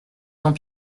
tant